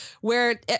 where-